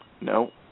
No